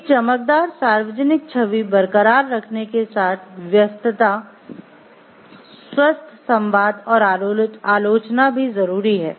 एक चमकदार सार्वजनिक छवि बरकरार रखने के साथ व्यस्तता स्वस्थ संवाद और आलोचना भी जरूरी है